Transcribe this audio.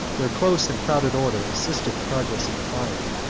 their close and crowded order assisted the progress of the fire,